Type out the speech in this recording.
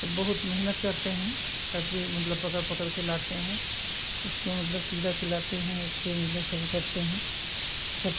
सब बहुत मेहनत करते हैं तब भी मतलब पकड़ पकड़कर लाते हैं उसको मतलब कीड़ा खिलाते हैं इसके मतलब सब ऊ करते हैं सब